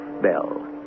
Bell